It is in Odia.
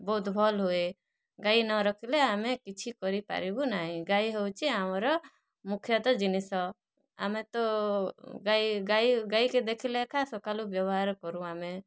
ବହୁତ୍ ଭଲ୍ ହୁଏ ଗାଈ ନରଖିଲେ ଆମେ କିଛି କରି ପାରିବୁ ନାଇଁ ଗାଈ ହୋଉଚି ଆମର ମୁଖ୍ୟତଃ ଜିନିଷ ଆମେ ତ ଗାଈ ଗାଈ ଗାଈକେ ଦେଖିଲେ ଏଖା ସକାଲୁ ବ୍ୟବହାର୍ କରୁଁ ଆମେ